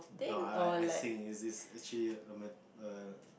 no I I I I sing is is actually a met err